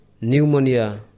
pneumonia